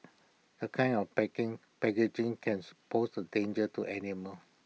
A kind of packing packaging can suppose A danger to animals